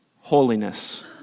holiness